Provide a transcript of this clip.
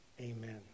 Amen